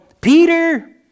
Peter